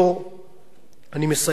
ובמישור של דת ומדינה,